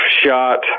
shot